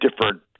different